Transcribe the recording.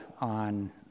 on